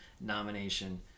nomination